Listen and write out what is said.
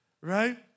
right